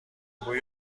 بوی